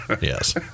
Yes